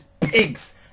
pigs